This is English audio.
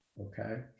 okay